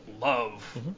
love